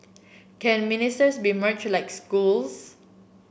can ministers be merged like schools